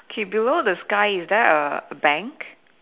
k below the sky is there a bank